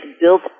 built